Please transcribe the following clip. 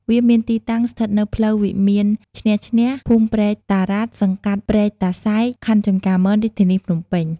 វាមានទីតាំងស្ថិតនៅផ្លូវវិមានឈ្នះឈ្នះ ភូមិព្រែកតារ៉ាត់ សង្កាត់ព្រែកតាសែក ខណ្ឌចំការមន រាជធានីភ្នំពេញ។